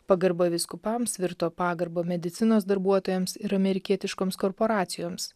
pagarba vyskupams virto pagarba medicinos darbuotojams ir amerikietiškoms korporacijoms